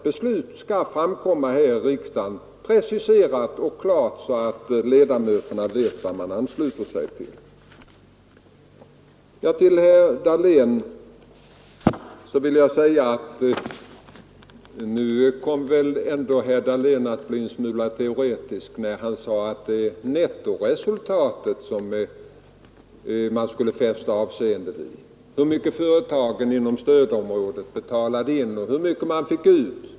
Beslut skall fattas här i riksdagen så klart att ledamöterna vet vad de ansluter sig till. Herr Dahlén kom väl ändå att bli en smula teoretisk när han sade att man skulle fästa avseende vid nettoresultatet, vid hur mycket företagen betalade in och hur mycket de fick ut.